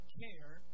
care